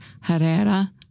Herrera